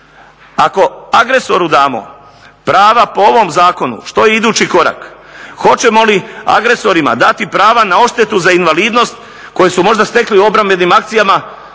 Ako agresoru damo prava po ovom zakonu što je idući korak? Hoćemo li agresorima dati prava na odštetu za invalidnost koju su možda stekli u obrambenim akcijama